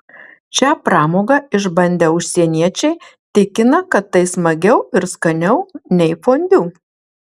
šią pramogą išbandę užsieniečiai tikina kad tai smagiau ir skaniau nei fondiu